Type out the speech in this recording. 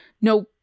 no